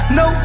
no